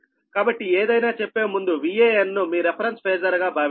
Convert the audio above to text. కాబట్టి ఏదైనా చెప్పే ముందు Van ను మీ రిఫరెన్స్ ఫేజార్ గా భావించండి